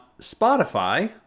Spotify